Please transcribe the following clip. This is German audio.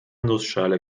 nussschale